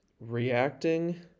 reacting